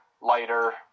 lighter